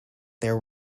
there